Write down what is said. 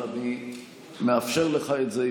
אבל אני מאפשר לך את זה,